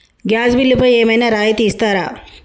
Gas బిల్లుపై ఏమైనా రాయితీ ఇస్తారా?